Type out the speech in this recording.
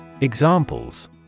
Examples